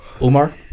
Umar